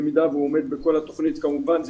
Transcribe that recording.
במידה והוא עומד בכל התוכנית כמובן זה